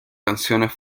canciones